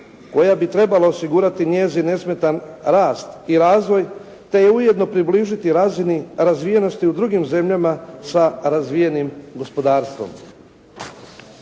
koja bi trebala osigurati njezin nesmetan rast i razvoj te je ujedno približiti razini razvijenosti u drugim zemljama sa razvijenim gospodarstvom.